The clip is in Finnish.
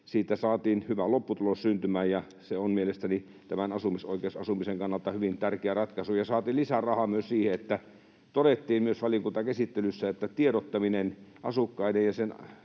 siitä saatiin hyvä lopputulos syntymään, ja se on mielestäni tämän asumisoikeusasumisen kannalta hyvin tärkeä ratkaisu. Ja saatiin lisää rahaa myös siihen — todettiin myös valiokuntakäsittelyssä, että tiedottaminen asukkaiden ja heidän